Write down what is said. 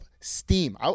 steam